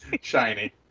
Shiny